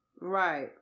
Right